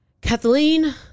kathleen